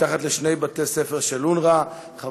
מתחת לשני בתי-ספר של אונר"א, מס'